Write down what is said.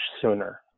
sooner